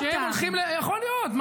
-- שהם הולכים, יכול להיות.